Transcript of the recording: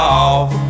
off